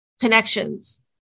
connections